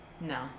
No